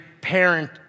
parent